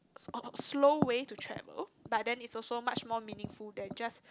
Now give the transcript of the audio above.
uh uh slow way to travel but then it's also much more meaningful than just